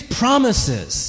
promises